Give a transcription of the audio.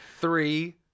three